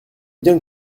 bien